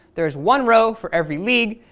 there is one row for every league,